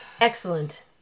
Excellent